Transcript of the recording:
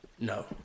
No